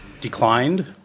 declined